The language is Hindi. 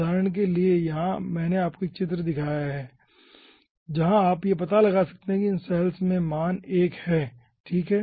उदाहरण के लिए यहां मैंने आपको 1 चित्र दिखाया है जहां आप पता लगा सकते हैं कि इन सैल्स में मान 1 है ठीक है